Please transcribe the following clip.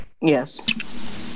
Yes